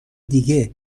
دیگه